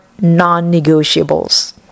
non-negotiables